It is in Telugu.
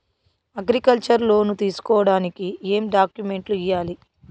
అగ్రికల్చర్ లోను తీసుకోడానికి ఏం డాక్యుమెంట్లు ఇయ్యాలి?